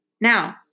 now